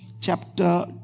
chapter